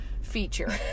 feature